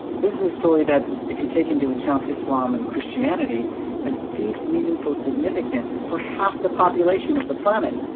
this is a story that if you take into account, islam and christianity has deep, meaningful significance for half the population of the planet,